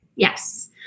Yes